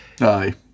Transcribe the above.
Aye